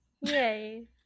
Yay